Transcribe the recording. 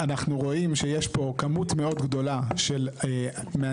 אנחנו רואים שיש פה כמות מאוד גדולה של מהנדסים,